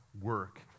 work